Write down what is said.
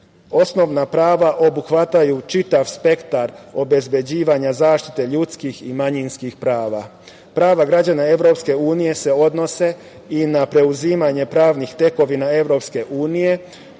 Osnovna prava obuhvataju čitav spektar obezbeđivanja zaštite ljudskih i manjinskih prava. Prava građana EU se odnose i na preuzimanje pravnih tekovina EU